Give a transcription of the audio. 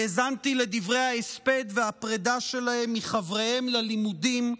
האזנתי לדברי ההספד והפרידה שלהם מחבריהם ללימודים,